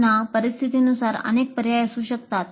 पुन्हा परिस्थितीनुसार अनेक पर्याय असू शकतात